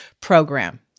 program